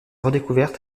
redécouverte